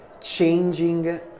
changing